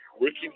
working